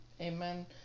Amen